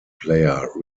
player